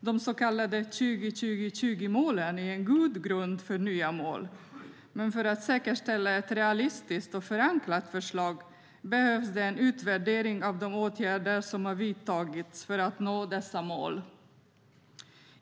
De så kallade 20-20-20-målen är en god grund för nya mål, men för att säkerställa ett realistiskt och förankrat förslag behövs det en utvärdering av de åtgärder som har vidtagits för att nå dessa mål.